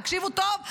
תקשיבו טוב,